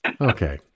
Okay